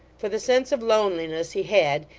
for the sense of loneliness he had,